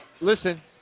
Listen